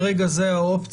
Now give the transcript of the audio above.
אנחנו יכולים לתת את ידינו,